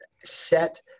set